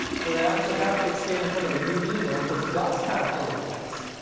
so they'd actually have kids stand in front of a uv lamp, which does have ill effects.